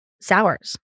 sours